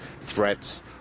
threats